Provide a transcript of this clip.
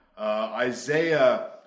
Isaiah